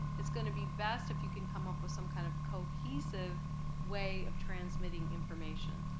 it's going to be best if you can come up with some kind of cohesive way of transmitting information.